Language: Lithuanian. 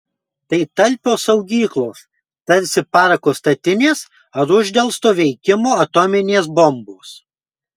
tai talpios saugyklos tarsi parako statinės ar uždelsto veikimo atominės bombos